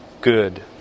good